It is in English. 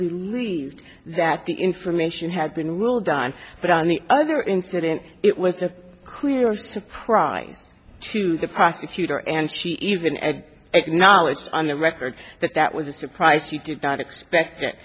believed that the information had been ruled dime but on the other incident it was a clear surprise to the prosecutor and she even ed acknowledged on the record that that was a surprise she did not expect